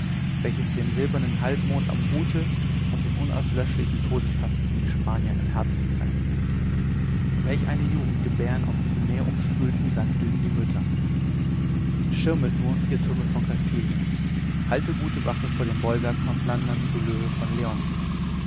welches den silbernen halbmond am hute und den unauslöschlichen todeshaß gegen die spanier im herzen trägt welch eine jugend gebären auf diesen meerumspülten sanddünen die mütter schirmt nur ihr türme von kastilien halte gute wache vor dem bollwerk von flandern du löwe von